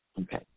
Okay